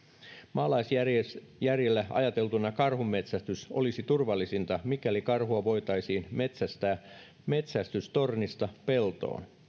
maalaisjärjellä ajateltuna karhunmetsästys olisi turvallisinta mikäli karhua voitaisiin metsästää metsästystornista peltoon